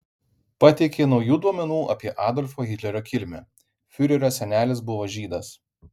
pateikė naujų duomenų apie adolfo hitlerio kilmę fiurerio senelis buvo žydas